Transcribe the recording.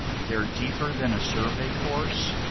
they're deeper than a survey course,